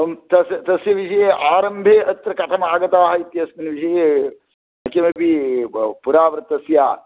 तं तस्य तस्य विषये आरम्भे अत्र कथमागताः इत्यस्मिन् विषये न किमपि पुरावृत्तस्य